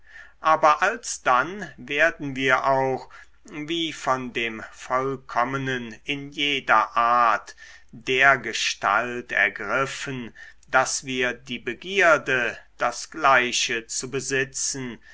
aber alsdann werden wir auch wie von dem vollkommenen in jeder art dergestalt ergriffen daß wir die begierde das gleiche zu besitzen